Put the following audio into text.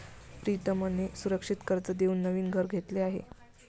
प्रीतमने सुरक्षित कर्ज देऊन नवीन घर घेतले आहे